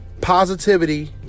positivity